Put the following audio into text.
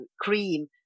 cream